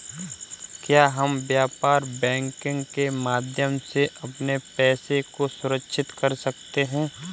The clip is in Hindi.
क्या हम व्यापार बैंकिंग के माध्यम से अपने पैसे को सुरक्षित कर सकते हैं?